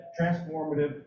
transformative